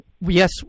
Yes